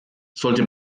sollte